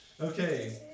Okay